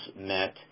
met